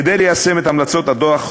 4. כדי ליישם את המלצות הדוח,